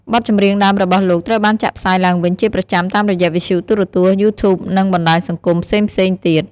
បទចម្រៀងដើមរបស់លោកត្រូវបានចាក់ផ្សាយឡើងវិញជាប្រចាំតាមរយៈវិទ្យុ ទូរទស្សន៍ យូធូបនិងបណ្ដាញសង្គមផ្សេងៗទៀត ។